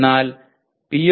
എന്നാൽ PO